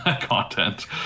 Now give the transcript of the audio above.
content